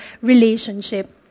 relationship